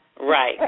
Right